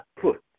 put